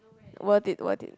what it what it